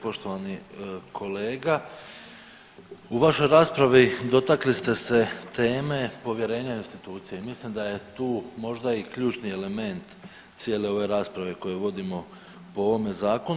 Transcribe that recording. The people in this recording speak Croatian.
Poštovani kolega, u vašoj raspravi dotakli ste se teme povjerenja institucije, mislim da je tu možda i ključni element cijele ove rasprave koju vodimo po ovome zakonu.